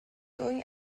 going